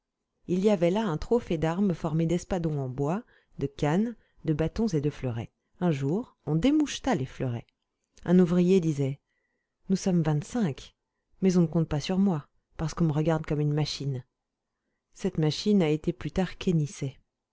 il y avait là un trophée d'armes formé d'espadons en bois de cannes de bâtons et de fleurets un jour on démoucheta les fleurets un ouvrier disait nous sommes vingt-cinq mais on ne compte pas sur moi parce qu'on me regarde comme une machine cette machine a été plus tard